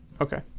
Okay